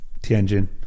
Tianjin